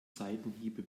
seitenhiebe